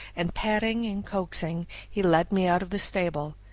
and patting and coaxing he led me out of the stable.